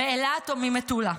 מאילת או ממטולה,